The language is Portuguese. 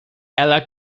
ela